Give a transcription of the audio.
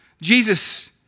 Jesus